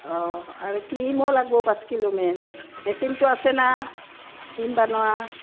অঁ আৰু ক্ৰীমো লাগব পাঁচ কিলোমেন মেচিনটো আছে না ক্ৰীম বনোৱা